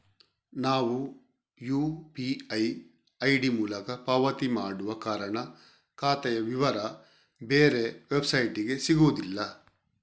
ನಾವು UPI ID ಮೂಲಕ ಪಾವತಿ ಮಾಡುವ ಕಾರಣ ಖಾತೆಯ ವಿವರ ಬೇರೆ ವೆಬ್ಸೈಟಿಗೆ ಸಿಗುದಿಲ್ಲ